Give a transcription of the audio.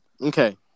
Okay